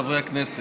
חברי הכנסת,